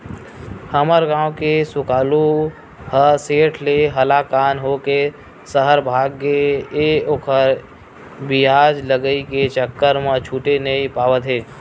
हमर गांव के सुकलू ह सेठ ले हलाकान होके सहर भाग गे हे ओखर बियाज लगई के चक्कर म छूटे नइ पावत हे